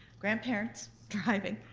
grandparents driving,